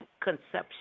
conception